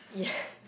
yeah